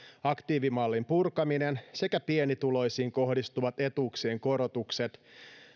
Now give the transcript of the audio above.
aktiivimallin purkaminen sekä pienituloisiin kohdistuvat etuuksien korotukset